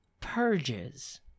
purges